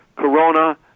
Corona